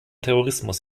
terrorismus